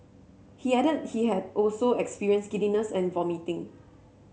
he added he had also experienced giddiness and vomiting